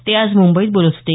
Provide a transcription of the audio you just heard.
ते आज मुंबईत बोलत होते